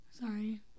Sorry